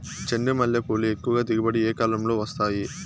చెండుమల్లి పూలు ఎక్కువగా దిగుబడి ఏ కాలంలో వస్తాయి